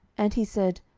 and he said,